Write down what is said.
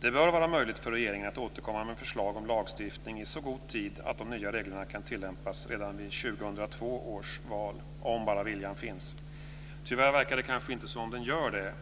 Det bör vara möjligt för regeringen att återkomma med förslag om lagstiftning i så god tid att de nya reglerna kan tillämpas redan vid 2002 års val, om bara viljan finns. Tyvärr verkar det kanske inte som om den gör det.